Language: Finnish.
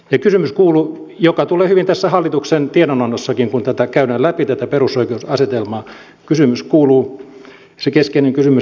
ja kysymys joka tulee hyvin tässä hallituksen tiedonannossakin kun käydään läpi tätä perusoikeusasetelmaa se keskeinen kysymys kuuluu